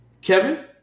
Kevin